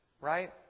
right